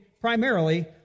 primarily